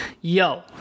yo